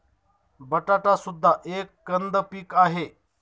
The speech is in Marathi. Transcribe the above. बटाटा सुद्धा एक कंद पीक आहे